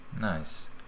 Nice